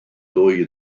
ddwy